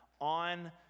on